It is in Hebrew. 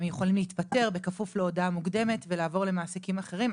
הם יכולים להתפטר בכפוף להודעה מוקדמת ולעבור למעסיקים אחרים.